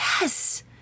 Yes